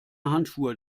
handschuhe